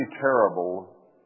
terrible